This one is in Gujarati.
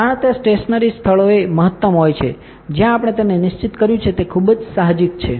તાણ તે સ્ટેશનરી સ્થળોએ મહત્તમ હોય છે જ્યાં આપણે તેને નિશ્ચિત કર્યું છે તે ખૂબ જ સાહજિક છે